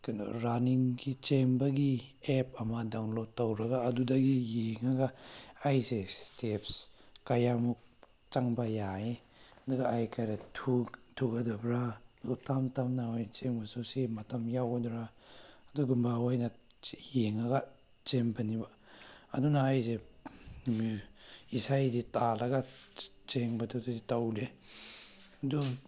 ꯀꯩꯅꯣ ꯔꯟꯅꯤꯡꯒꯤ ꯆꯦꯟꯕꯒꯤ ꯑꯦꯞ ꯑꯃ ꯗꯥꯎꯟꯂꯣꯠ ꯇꯧꯔꯒ ꯑꯗꯨꯗꯒꯤ ꯌꯦꯡꯉꯒ ꯑꯩꯁꯦ ꯏꯁꯇꯦꯞꯁ ꯀꯌꯥꯃꯨꯛ ꯆꯪꯕ ꯌꯥꯏ ꯑꯗꯨꯒ ꯑꯩ ꯈꯔ ꯊꯨꯒꯗꯕ꯭ꯔ ꯇꯞ ꯇꯞꯅ ꯑꯣꯏ ꯆꯦꯟꯕꯁꯨ ꯁꯤ ꯃꯇꯝ ꯌꯥꯎꯒꯗ꯭ꯔ ꯑꯗꯨꯒꯨꯝꯕ ꯑꯣꯏꯅ ꯌꯦꯡꯉꯒ ꯆꯦꯟꯕꯅꯤꯕ ꯑꯗꯨꯅ ꯑꯩꯁꯦ ꯏꯁꯩꯗꯤ ꯇꯥꯔꯒ ꯆꯦꯟꯕꯗꯨꯗꯤ ꯇꯧꯗꯦ ꯑꯗꯨ